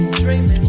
dreams